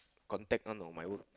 contact one on my wood